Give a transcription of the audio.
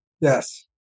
Yes